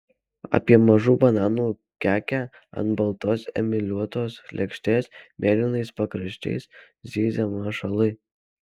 apie mažų bananų kekę ant baltos emaliuotos lėkštės mėlynais pakraščiais zyzia mašalai